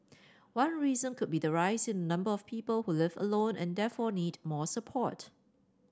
one reason could be the rise in the number of people who live alone and therefore need more support